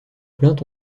plaintes